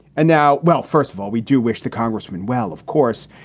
and now. well, first of all, we do wish the congressman well, of course.